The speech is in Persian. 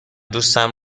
دوستم